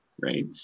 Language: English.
right